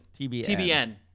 TBN